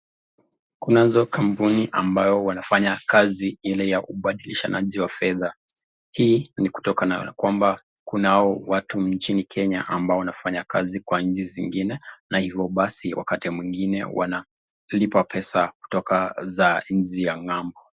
Kunazo kampuni ambayo wana Fanya kazi Ile ya kubadilishanaji wa fedha. Hii ni kutokana kwamba kunao watu mjini Kenya ambao wanafanya kazi kwa nchi zingine, na hivo basi kwa wakati mwingine wanalipa pesa kutika za nchi ya ng'ambo.